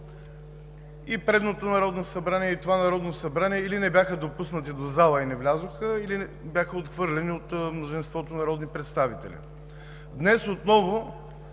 в предишното Народно събрание, и в това Народно събрание или не бяха допуснати до залата и не влязоха, или бяха отхвърлени от мнозинството народни представители. Днес отново